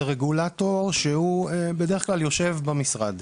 זה רגולטור שהוא בדרך כלל יושב במשרד.